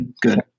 Good